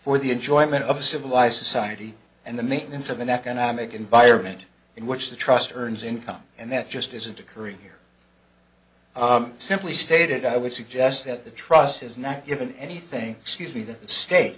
for the enjoyment of a civilized society and the maintenance of an economic environment in which the trust earns income and that just isn't occurring here simply stated i would suggest that the trust has not given anything excuse me the state